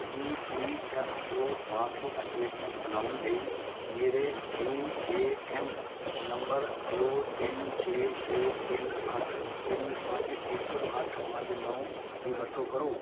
ਈ P F O passbook statement ਬਣਾਉਣ ਲਈ ਮੇਰੇ ਯੂ ਏ ਐਨ ਨੰਬਰ ਦੋ ਤਿੰਨ ਛੇ ਛੇ ਤਿੰਨ ਅੱਠ ਤਿੰਨ ਪੰਜ ਇੱਕ ਅੱਠ ਪੰਜ ਨੌਂ ਦੀ ਵਰਤੋਂ ਕਰੋ